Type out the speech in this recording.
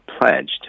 pledged